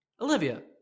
Olivia